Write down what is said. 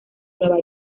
nueva